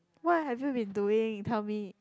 what have you been doing tell me